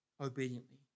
obediently